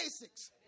basics